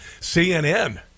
CNN